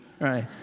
right